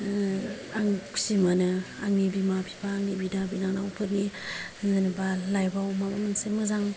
आं खुसि मोनो आंनि बिमा बिफा बिदा बिनानावफोरनि जेन'बा लाइफआव माबा मोनसे मोजां